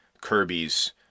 Kirby's